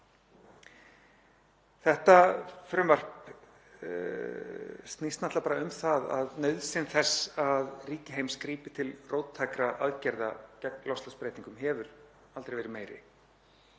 Þetta frumvarp snýst náttúrlega um að nauðsyn þess að ríki heims grípi til róttækra aðgerða gegn loftslagsbreytingum hefur aldrei verið meiri.